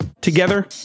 Together